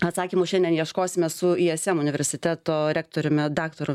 atsakymų šiandien ieškosime su ism universiteto rektoriumi daktaru